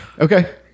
Okay